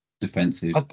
Defensive